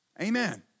Amen